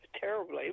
terribly